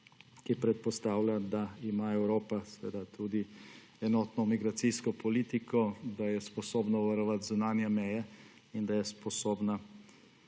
ki predpostavlja, da ima Evropa tudi enotno migracijsko politiko, da je sposobna varovati zunanje meje in da je sposobna